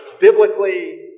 biblically